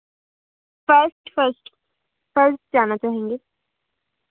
first first first जाना चाहेंगे